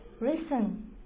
listen